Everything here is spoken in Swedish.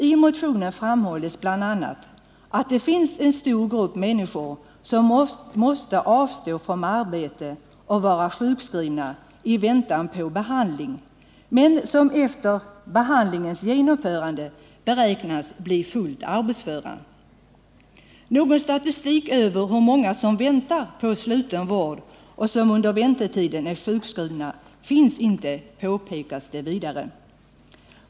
I motionen framhålls bl.a. att det finns en stor grupp människor som måste avstå från arbete och vara sjukskrivna i väntan på behandling men som efter behandlingens genomförande beräknas bli fullt arbetsföra. Någon statistik över hur många som väntar på sluten vård och som under väntetiden är sjukskrivna finns inte, påpekas det vidare.